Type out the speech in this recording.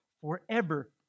forever